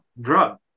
drug